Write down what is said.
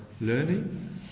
learning